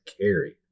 carry